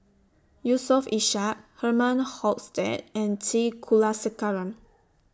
Yusof Ishak Herman Hochstadt and T Kulasekaram